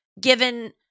given—